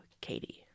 Katie